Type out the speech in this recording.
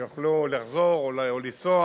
ויוכלו לחזור או לנסוע